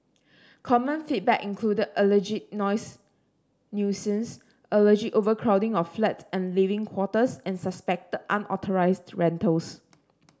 common feedback included alleged noise nuisance alleged overcrowding of flats and living quarters and suspected unauthorised rentals